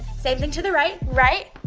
same thing to the right. right.